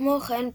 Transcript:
כמו כן,